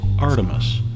Artemis